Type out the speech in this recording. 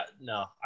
No